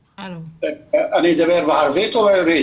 לדבר.